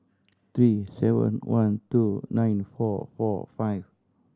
three seven one two nine four four five